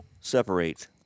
separate